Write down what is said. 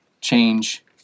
change